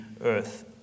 earth